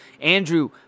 Andrew